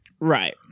Right